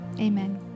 Amen